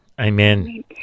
Amen